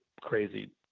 crazy